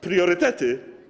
Priorytety.